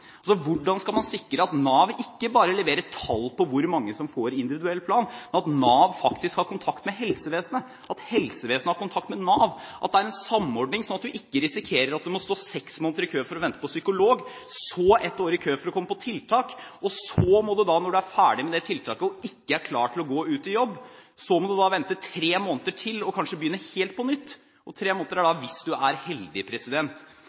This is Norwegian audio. Hvordan skal man sikre at Nav ikke bare leverer tall på hvor mange som får individuell plan, men at Nav faktisk har kontakt med helsevesenet? Det bør være slik at helsevesenet har kontakt med Nav, at det er en samordning, slik at man ikke risikerer å stå seks måneder i kø for psykolog, så ett år i kø for å komme på tiltak, og så, når man er ferdig med tiltaket og ikke er klar til å gå ut i jobb, må man vente tre måneder til og kanskje begynne helt på nytt – og tre måneder er hvis du er heldig!